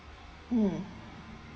mm